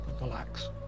relax